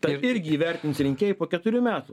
tai irgi įvertins rinkėjai po keturių metų